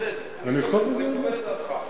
בסדר, אני מקבל את דעתך.